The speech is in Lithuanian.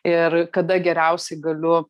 ir kada geriausiai galiu